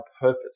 purpose